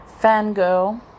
Fangirl